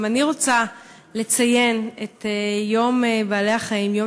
גם אני רוצה לציין את יום בעלי-החיים,